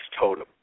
totem